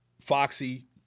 Foxy